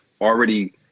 already